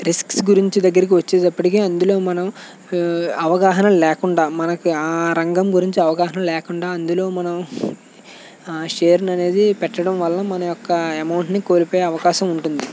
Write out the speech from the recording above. risks గురించి దగ్గరకి వచ్చే అప్పటికి అందులో మనం అవగాహన లేకుండా మనకి ఆ రంగం గురించి అవగాహన లేకుండా అందులో మనం షేర్ని అనేది పెట్టడంవల్ల మన యొక్క అమౌంట్ని కోల్పోయే అవకాశం ఉంటుంది